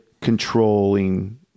controlling